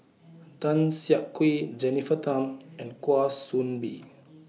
Tan Siak Kew Jennifer Tham and Kwa Soon Bee